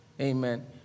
Amen